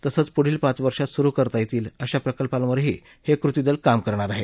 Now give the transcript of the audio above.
तसंच पुढील पाच वर्षात सुरु करता येतील अशा प्रकल्पांवरही हे कृती दल काम करणार आहे